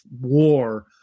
war